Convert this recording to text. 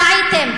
טעיתם.